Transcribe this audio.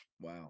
Wow